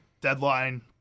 deadline